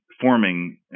forming